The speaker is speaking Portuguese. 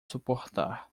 suportar